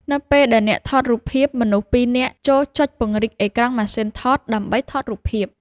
នៅពេលដែលអ្នកថតរូបភាពមនុស្សពីរនាក់ ចូរចុចពង្រីកអេក្រង់ម៉ាស៊ីនថត ដើម្បីថតរូបភាព ។